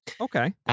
okay